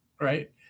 right